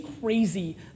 crazy